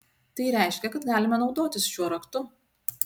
tai reiškia kad galime naudotis šiuo raktu